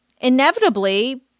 inevitably